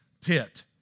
pit